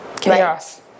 Chaos